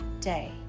day